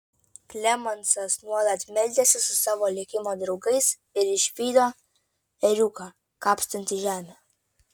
klemensas nuolat meldėsi su savo likimo draugais ir išvydo ėriuką kapstantį žemę